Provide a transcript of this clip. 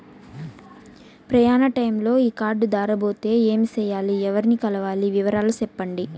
ప్రయాణ టైములో ఈ కార్డులు దారబోతే ఏమి సెయ్యాలి? ఎవర్ని కలవాలి? వివరాలు సెప్పండి?